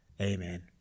amen